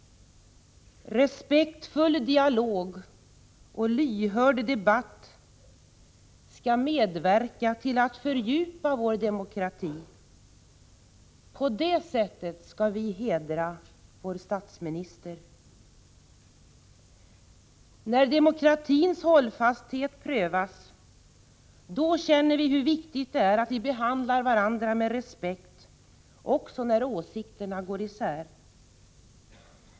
Respektfull dialog och lyhörd debatt skall medverka till att fördjupa vår demokrati. På det sättet skall vi hedra vår statsminister. När demokratins hållfasthet prövas känner vi hur viktigt det är att vi behandlar varandra med respekt också när åsikterna går isär.